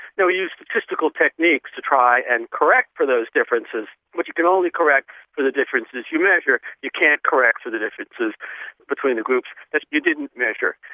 now we used statistical techniques to try and correct for those differences but like you can only correct for the differences you measure you can't correct for the differences between the groups that you didn't measure.